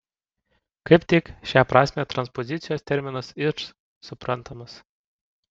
kaip tik šia prasme transpozicijos terminas ir suprantamas